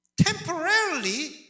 Temporarily